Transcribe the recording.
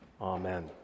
Amen